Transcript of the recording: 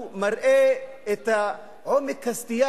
על אותה עבירה הערבי מקבל עונש גדול יותר,